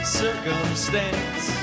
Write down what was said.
circumstance